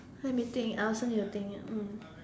let me think I also need to think mm